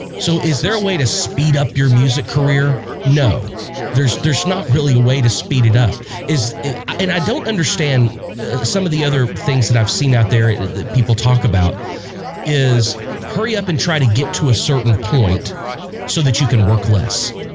so, is there a way to speed up your music career no there's there's not really a way to speed it up is and i don't understand some of the other things that i've seen out there that people talk about is hurry up and try to get to a certain point so that you can work less